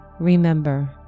Remember